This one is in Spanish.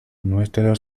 nuestro